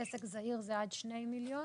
עסק זעיר הוא עד שני מיליון